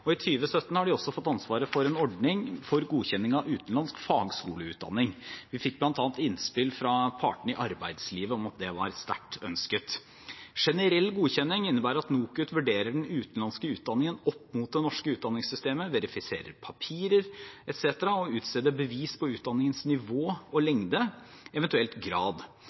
og i 2017 har de også fått ansvaret for en ordning for godkjenning av utenlandsk fagskoleutdanning. Vi fikk bl.a. innspill fra partene i arbeidslivet om at det var sterkt ønsket. Generell godkjenning innebærer at NOKUT vurderer den utenlandske utdanningen opp mot det norske utdanningssystemet, verifiserer papirer etc. og utsteder bevis på utdanningens nivå og lengde, og eventuelt grad.